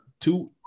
two